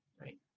right